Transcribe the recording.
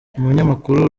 umunyamakuru